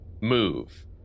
move